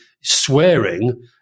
swearing